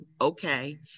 okay